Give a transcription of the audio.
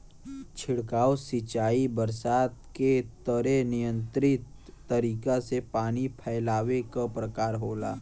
छिड़काव सिंचाई बरसात के तरे नियंत्रित तरीका से पानी फैलावे क प्रकार होला